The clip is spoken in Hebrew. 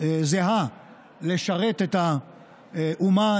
זהה לשרת את האומה,